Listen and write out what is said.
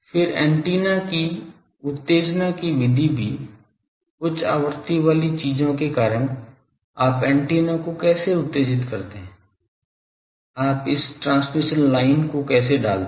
फिर एंटीना की उत्तेजना की विधि भी उच्च आवृत्ति वाली चीजों के कारण आप एंटीना को कैसे उत्तेजित करते हैं आप इस ट्रांसमिशन लाइन को कैसे डालते हैं